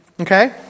okay